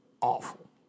awful